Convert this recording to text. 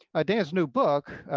ah dan's new book,